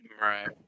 Right